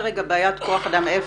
בעיית כוח אדם איפה?